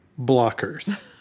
blockers